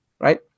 right